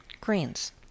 Greens